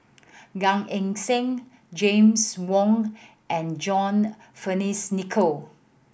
Gan Eng Seng James Wong and John Fearns Nicoll